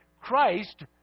Christ